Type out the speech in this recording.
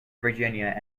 virginia